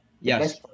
Yes